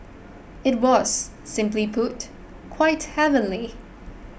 it was simply put quite heavenly